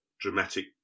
dramatic